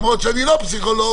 למרות שאני לא פסיכולוג,